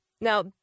Now